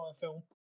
film